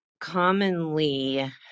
commonly